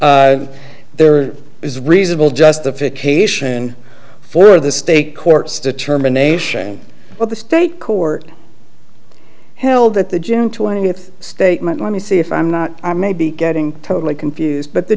there is reasonable justification for the state courts determination of the state court held that the june twentieth statement let me see if i'm not i may be getting totally confused but the